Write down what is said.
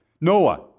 Noah